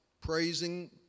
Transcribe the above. praising